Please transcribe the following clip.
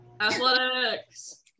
Athletics